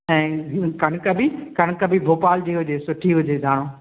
ऐं कणिक बि कणिक बि भोपाल जी हुजे सुठी हुजे जाम